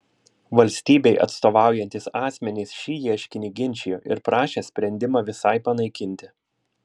valstybei atstovaujantys asmenys šį ieškinį ginčijo ir prašė sprendimą visai panaikinti